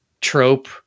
trope